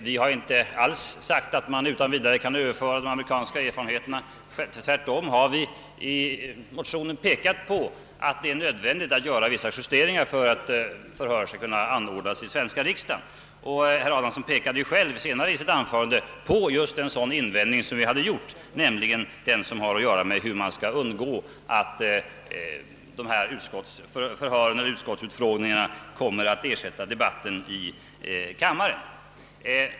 Vi har inte alls sagt att man utan vidare kan överföra de amerikanska erfarenheterna; tvärtom har vi i motionen pekat på att det är nödvändigt att göra vissa justeringar för att förhör skall kunna anordnas i den svenska riksdagen, och herr Adamsson nämnde själv en invändning som vi gjort, nämligen att man måste undgå att förhören eller utfrågningarna får ersätta debatten i kamrarna.